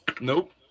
Nope